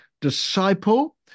disciple